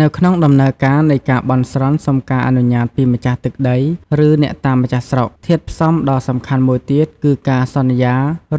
នៅក្នុងដំណើរការនៃការបន់ស្រន់សុំការអនុញ្ញាតពីម្ចាស់ទឹកដី ឬអ្នកតាម្ចាស់ស្រុក ធាតុផ្សំដ៏សំខាន់មួយទៀតគឺការសន្យា